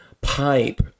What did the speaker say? pipe